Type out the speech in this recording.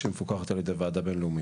שמפוקחת על ידי ועדה בין-לאומית.